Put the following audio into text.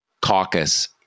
caucus